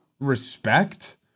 Respect